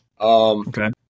Okay